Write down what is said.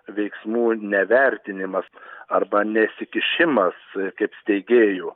veiksmų nevertinimas arba nesikišimas kaip steigėjų